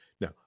Now